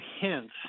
hints